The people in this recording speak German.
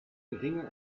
geringe